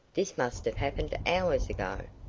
this must have happened hours ago.